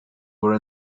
were